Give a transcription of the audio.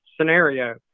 scenario